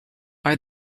are